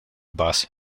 bus